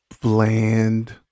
Bland